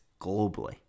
globally